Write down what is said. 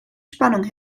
spannung